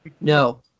No